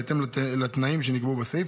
בהתאם לתנאים שנקבעו בסעיף,